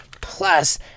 plus